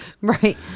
Right